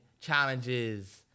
challenges